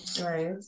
Right